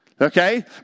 Okay